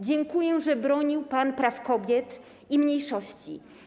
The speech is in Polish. Dziękuję, że bronił pan praw kobiet i mniejszości.